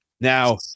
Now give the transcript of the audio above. Now